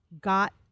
got